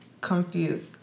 confused